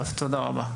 טוב, תודה רבה.